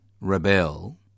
rebel